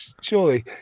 Surely